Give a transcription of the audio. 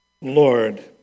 Lord